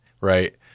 right